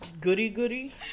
goody-goody